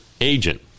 agent